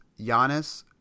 Giannis